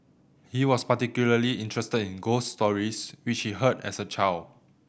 he was particularly interested in ghost stories which he heard as a child